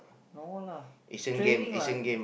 no lah is training lah